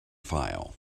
file